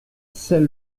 saint